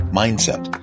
mindset